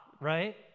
right